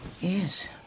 Yes